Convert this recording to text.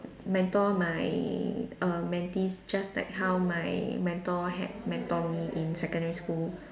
mentor my err mentees just like how my mentor had mentor me in secondary school